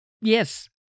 yes